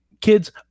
kids